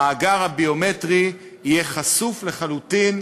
המאגר הביומטרי יהיה חשוף לחלוטין,